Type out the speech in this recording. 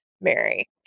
Mary